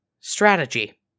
strategy